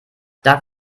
darf